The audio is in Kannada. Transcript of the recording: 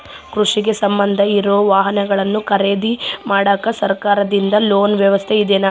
ಕೃಷಿಗೆ ಸಂಬಂಧ ಇರೊ ವಾಹನಗಳನ್ನು ಖರೇದಿ ಮಾಡಾಕ ಸರಕಾರದಿಂದ ಲೋನ್ ವ್ಯವಸ್ಥೆ ಇದೆನಾ?